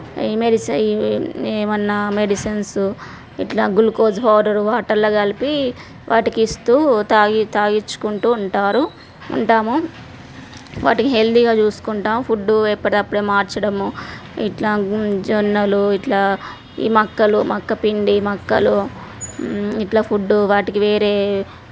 ఈ మెడిసిన్ ఈ ఏమైనా మెడిసిన్సు ఇట్లా గ్లూకోస్ హాట్ వాటర్ల కలిపి వాటికి ఇస్తూ త్రాగి త్రాగించుకుంటూ ఉంటారు ఉంటాము వాటికి హెల్తీగా చూసుకుంటాము ఫుడ్డు ఎప్పడిదప్పుడే మార్చడము ఇట్లా జొన్నలు ఇట్లా ఈ మక్కలు మక్క పిండి మక్కాలు ఇట్లా ఫుడ్డు వాటికి వేరే